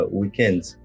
weekends